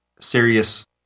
serious